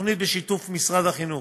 התוכנית בשיתוף משרד החינוך.